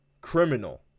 Criminal